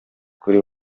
kuri